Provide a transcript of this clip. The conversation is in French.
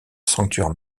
sanctuaire